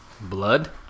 blood